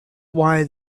why